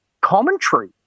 commentary